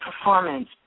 performance